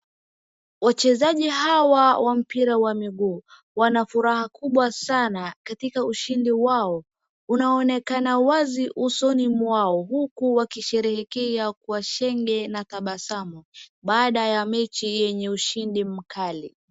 Wachezaji hawa wa mpira wa miguu, wanafuraha kubwa sana katika ushindi wao unaoonekana wazi usoni mwao huku wakisherehekea kwa shenge na tabasamu baada ya mechi yenye ushindi mkali.